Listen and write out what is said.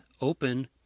open